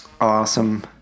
Awesome